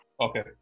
Okay